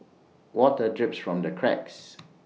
water drips from the cracks